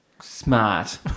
Smart